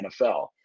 NFL